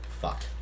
Fuck